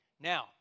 Now